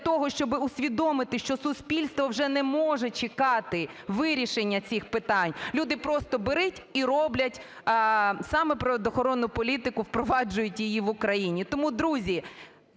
того, щоб усвідомити, що суспільство вже не може чекати вирішення цих питань… Люди просто беруть і роблять, саме природоохоронну політику, впроваджують її в Україні. Тому друзі,